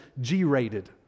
G-rated